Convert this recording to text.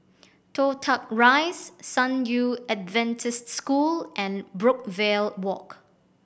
Toh Tuck Rise San Yu Adventist School and Brookvale Walk